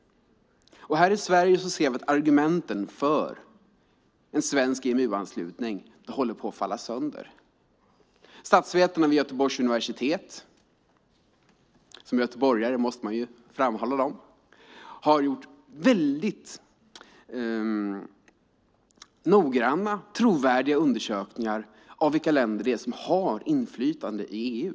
Här i Sverige ser vi att argumenten för en svensk EMU-anslutning håller på att falla sönder. Statsvetarna vid Göteborgs universitet - som göteborgare måste man framhålla dem - har gjort noggranna och trovärdiga undersökningar av vilka länder som har inflytande i EU.